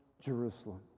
Jerusalem